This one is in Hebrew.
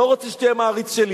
לא רוצה שתהיה מעריץ שלי,